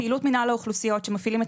פעילות מינהל האוכלוסיות שמפעילים את